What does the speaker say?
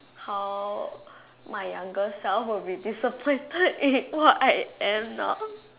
how my younger self will be disappointed in what I am now